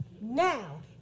now